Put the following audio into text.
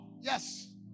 Yes